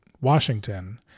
Washington